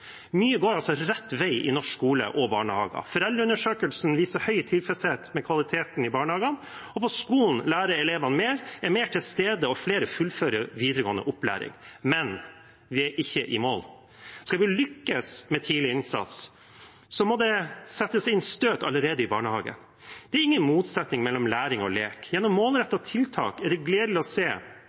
Mye går altså rett vei i norsk skole og barnehage. Foreldreundersøkelsen viser høy tilfredshet med kvaliteten i barnehagene, og på skolen lærer elevene mer, er mer til stede, og flere fullfører videregående opplæring. Men vi er ikke i mål. Skal vi lykkes med tidlig innsats, må det settes inn et støt allerede i barnehagen. Det er ingen motsetning mellom læring og lek. Gjennom målrettede tiltak er det gledelig å se